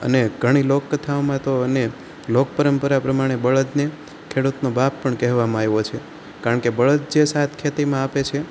અને ઘણી લોક કથાઓમાં તો એને લોક પરંપરા પ્રમાણે બળદને ખેડૂતનો બાપ પણ કહેવામાં આવ્યો છે કારણ કે બળદ જે સાથ ખેતીમાં આપે છે